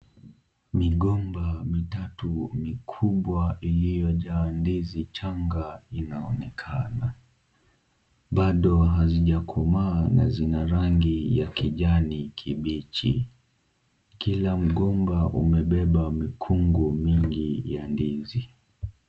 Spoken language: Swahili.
Migomba mitatu mikubwa iliyojaa ndizi changa inaonekana. Bado hazijakomaa na zina rangi ya kijani kibichi. Kila mgomba umebeba mikungu mingi ya ndizi.